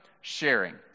sharing